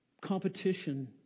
competition